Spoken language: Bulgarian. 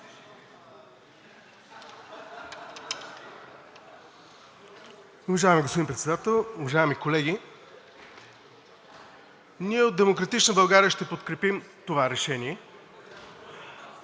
Уважаеми господин Председател, уважаеми колеги! Ние от „Демократична България“ ще подкрепим това решение.